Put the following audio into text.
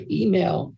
email